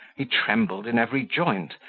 he trembled in every joint,